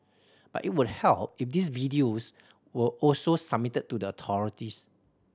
but it would help if these videos were also submitted to the authorities